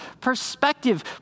Perspective